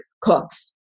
cooks